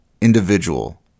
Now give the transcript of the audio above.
individual